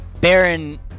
Baron